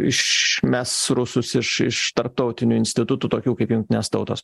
išmes rusus iš iš tarptautinių institutų tokių kaip jungtinės tautos